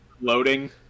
loading